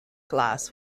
glass